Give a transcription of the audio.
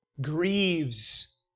grieves